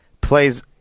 plays